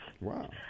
Wow